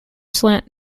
slant